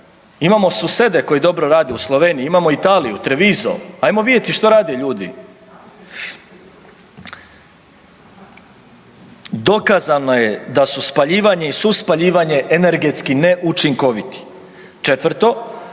imamo susede koji dobro rade u Sloveniji, imamo Italiju, Treviso, ajmo vidjeti što rade ljudi. Dokazano je da su spaljivanje i suspaljivanje energetski neučinkoviti. Četvrto,